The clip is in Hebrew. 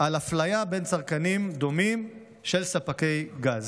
על אפליה בין צרכנים דומים של ספקי גז.